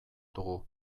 dugu